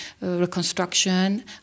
reconstruction